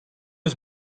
eus